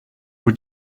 were